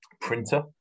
printer